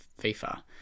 FIFA